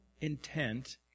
intent